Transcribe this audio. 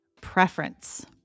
preference